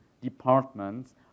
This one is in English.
departments